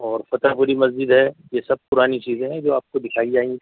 اور فتح پوری مسجد ہے یہ سب پرانی چیزیں ہیں جو آپ کو دِکھائی جائیں گی